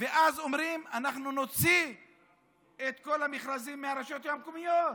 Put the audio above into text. ואז אומרים: אנחנו נוציא את כל המכרזים מהרשויות המקומיות.